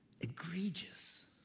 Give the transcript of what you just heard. egregious